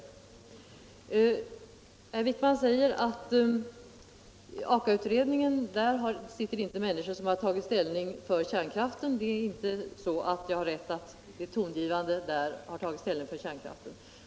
Herr Wijkman sade att i AKA-utredningen sitter det inte människor som har tagit ställning för kärnkraften och att jag inte har rätt i påståendet, att de tongivande i utredningen har tagit ställning för kärnkraften.